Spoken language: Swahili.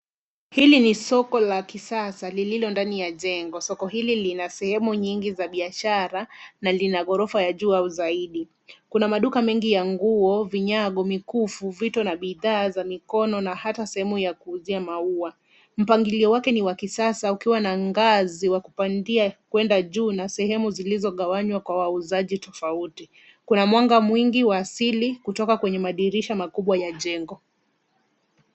Hili ni soko la kisasa lililondani ya jengo, soko hili linasehemu nyingi za biashara na lina gorofa ya juu au zaidi. Kuna maduka mengi ya nguo, vinyago, mikufu, vito na bidhaa za mikono na hata sehemu ya kuuzia maua. Mpangilio wake ni wa kisasa ukiwa na ngazi za kupandia kwenda juu na sehemu zilizogawanywa kwa wauzaji tofauti. Kuna mwanga mwingi wa asili kutoka kwenye madirisha makubwa ya jengo.